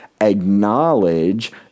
acknowledge